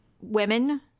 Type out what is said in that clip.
women